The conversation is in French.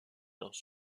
dans